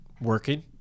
working